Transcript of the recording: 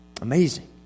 Amazing